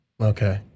okay